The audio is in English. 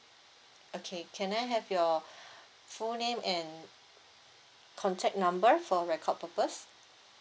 okay can I have your full name and contact number for record purpose